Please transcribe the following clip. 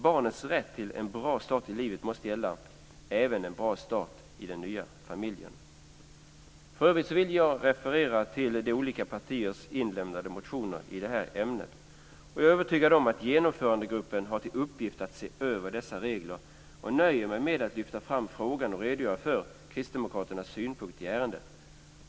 Barnens rätt till en bra start i livet måste gälla även en bra start i den nya familjen. För övrigt vill jag referera till de olika partiernas inlämnade motioner i det här ämnet. Jag är övertygad om att Genomförandegruppen har till uppgift att se över dessa regler och nöjer mig med att lyfta fram frågan och redogöra för kristdemokraternas synpunkt i ärendet.